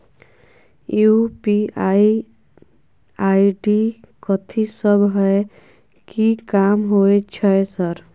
UPI ID कथि सब हय कि काम होय छय सर?